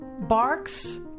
Barks